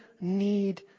need